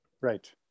Right